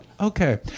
okay